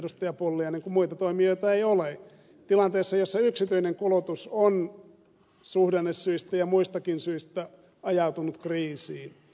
pulliainen kun muita toimijoita ei ole tilanteessa jossa yksityinen kulutus on suhdannesyistä ja muistakin syistä ajautunut kriisiin